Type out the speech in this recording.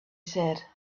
said